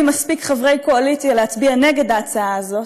מספיק חברי קואליציה להצביע נגד ההצעה הזאת.